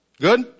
Good